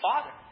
father